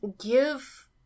give